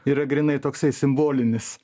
yra grynai toksai simbolinis